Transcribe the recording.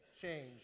change